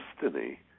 destiny